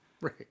Right